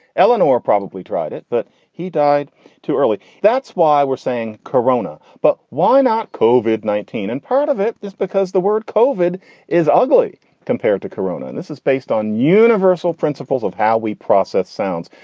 eleanor probably tried it, but he died too early. that's why we're saying corona. but why not kovik, nineteen? and part of it is because the word kofod is ugly compared to corona. and this is based on universal principles of how we process sounds.